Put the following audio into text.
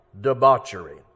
debauchery